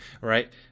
right